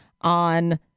on